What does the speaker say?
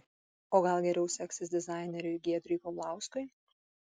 o gal geriau seksis dizaineriui giedriui paulauskui